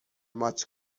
ماچ